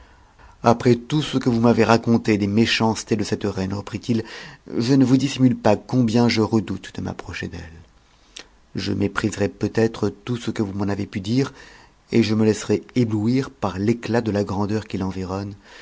apres tout ce que vous m'avez raconté des méchancetés de cette reine reprit-il je ne vous dissimule pas combien je redoute de m'approcher d'elle je mépriserais peut-être tout ce que vous m'en avez pu dire et je me laisserais éblouir par l'éclat de la grandeur qui l'environne